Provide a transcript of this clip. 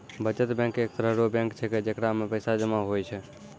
बचत बैंक एक तरह रो बैंक छैकै जेकरा मे पैसा जमा हुवै छै